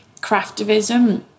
craftivism